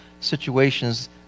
situations